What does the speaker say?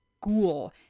ghoul